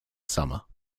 summer